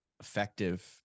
effective